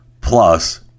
plus